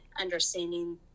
understanding